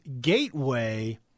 Gateway